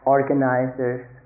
Organizers